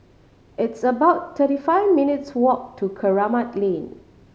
it's about thirty five minutes' walk to Kramat Lane